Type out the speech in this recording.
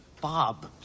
Bob